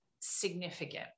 significant